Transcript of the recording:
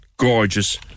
Gorgeous